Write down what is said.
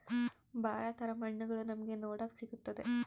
ಭಾಳ ತರ ಮಣ್ಣುಗಳು ನಮ್ಗೆ ನೋಡಕ್ ಸಿಗುತ್ತದೆ